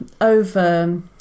over